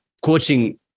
coaching